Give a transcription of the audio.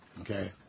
okay